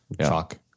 Chalk